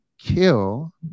kill